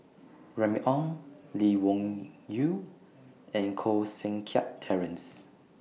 Remy Ong Lee Wung Yew and Koh Seng Kiat Terence